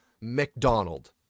McDonald